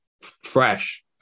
fresh